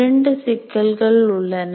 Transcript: இரண்டு சிக்கல்கள் உள்ளன